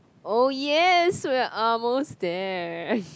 oh yes we are almost there